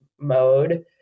mode